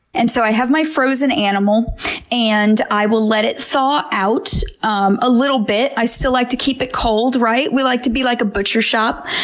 and so, i have my frozen animal and i will let it thaw out um a little bit. i still like to keep it cold we like to be like a butcher shop.